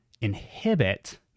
inhibit